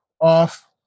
off